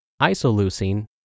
isoleucine